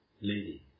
lady